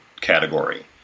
category